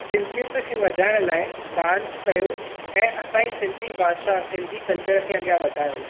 सिंधियत खे वधाइण लाइ डांस कयो ऐं असांजी सिंधी भाषा सिंधी कल्चर खे अॻियां वधायो